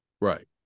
Right